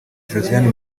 josiane